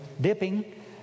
dipping